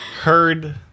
heard